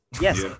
Yes